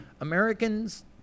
Americans